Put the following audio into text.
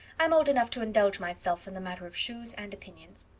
i'm old enough to indulge myself in the matter of shoes and opinions.